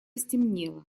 стемнело